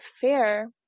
fear